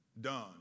done